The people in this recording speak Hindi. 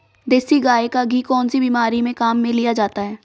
देसी गाय का घी कौनसी बीमारी में काम में लिया जाता है?